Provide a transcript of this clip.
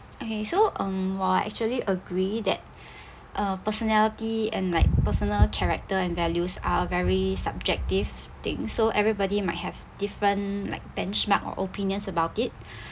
okay so um !wah! actually agree that uh personality and like personal character and values are very subjective thing so everybody might have different like benchmark or opinions about it